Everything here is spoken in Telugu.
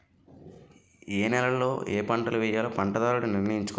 ఏయే నేలలలో ఏపంటలను వేయాలో పంటదారుడు నిర్ణయించుకోవాలి